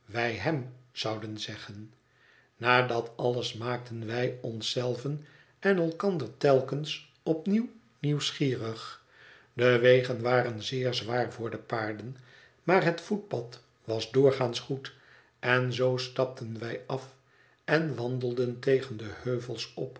wij hem zouden zeggen naar dat alles maakten wij ons zelven en elkander telkens op nieuw nieuwsgierig de wegen waren zeer zwaar voor de paarden maar het voetpad was doorgaans goed en zoo stapten wij af en wandelden tegen de heuvels op